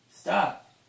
stop